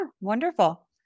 Wonderful